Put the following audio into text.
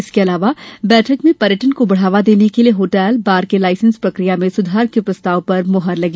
इसके अलावा बैठक में पर्यटन को बढ़ावा देने के लिए होटल बार के लाइसेंस प्रकिया में सुधार के प्रस्ताव पर मोहर लगी